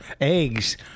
eggs